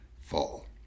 fall